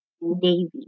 navy